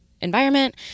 environment